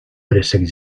préssec